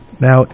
Now